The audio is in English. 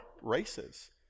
races